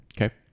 Okay